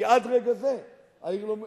כי עד רגע זה העיר לא מוקמת,